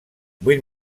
vuit